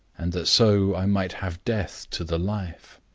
and that so i might have death to the life.